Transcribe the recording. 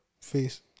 face